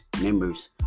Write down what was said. members